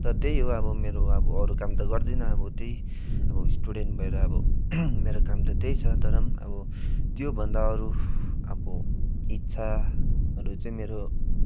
त त्यही हो मेरो अब अरू काम त गर्दिन अब त्यही अब स्टुडेन्ट भएर अब मेरो काम त त्यही छ तर पनि अब त्योभन्दा अरू अब इच्छाहरू चाहिँ मेरो